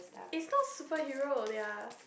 is not superhero they are